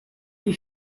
the